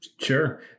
Sure